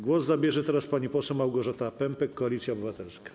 Głos zabierze pani poseł Małgorzata Pępek, Koalicja Obywatelska.